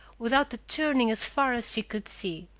without a turning as far as she could see.